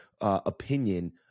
opinion